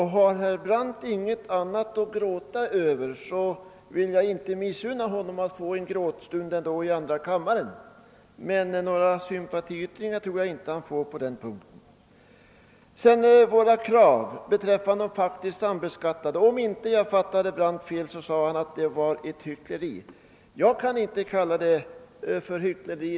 Men har herr Brandt ingenting annat att gråta över så vill jag inte missunna honom den gråtstunden i andra kammaren. Men några sympatiyttringar tror jag inte att han får för det. Om jag inte fattade herr Brandt fel så sade han att det var hyckleri att framföra våra krav beträffande faktiskt sambeskattade. Jag kan inte kalla det för hyckleri.